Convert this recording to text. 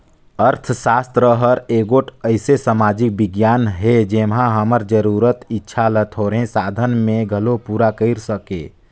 अर्थसास्त्र हर एगोट अइसे समाजिक बिग्यान हे जेम्हां हमर जरूरत, इक्छा ल थोरहें साधन में घलो पूरा कइर सके